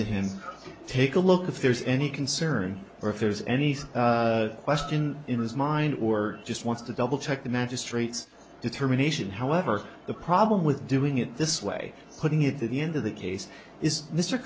to him take a look if there's any concern or if there's anything question in his mind or just wants to double check the magistrate's determination however the problem with doing it this way putting it to the end of the case is mr